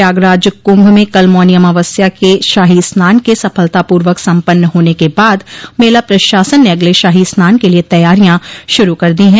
प्रयागराज कुंभ में कल मौनी अमावस्या के शाही स्नान के सफलतापूर्वक सम्पन्न होने के बाद मेला प्रशासन ने अगले शाही स्नान के लिये तैयारियां शुरू कर दी हैं